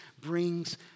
brings